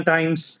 Times